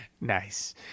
Nice